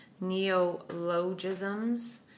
neologisms